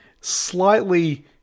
slightly